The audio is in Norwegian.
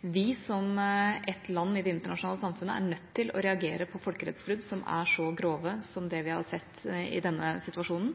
Vi, som et land i det internasjonale samfunnet, er nødt til å reagere på folkerettsbrudd som er så grove som det vi har sett i denne situasjonen.